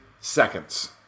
seconds